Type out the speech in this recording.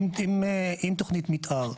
עם תוכנית מתאר.